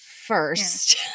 first